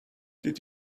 did